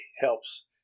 helps